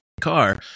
car